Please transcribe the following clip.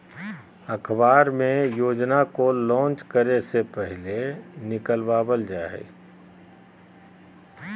अखबार मे योजना को लान्च करे से पहले निकलवावल जा हय